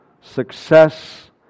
success